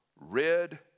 red